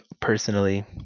personally